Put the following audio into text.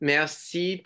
Merci